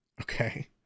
Okay